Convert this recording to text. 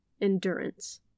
Endurance